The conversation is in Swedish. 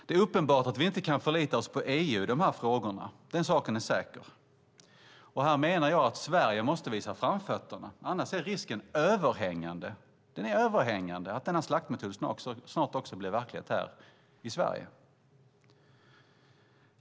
Det är uppenbart att vi inte kan förlita oss på EU i de här frågorna; den saken är säker. Här menar jag att Sverige måste visa framfötterna, annars är risken överhängande att denna slaktmetod snart också blir verklighet här i Sverige.